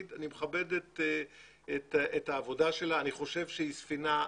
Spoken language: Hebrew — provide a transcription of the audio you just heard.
את החשבון מבלי שהם קיבלו אפילו את ההודעה הראשונה.